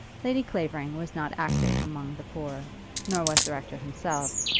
lady clavering was not active among the poor nor was the rector himself,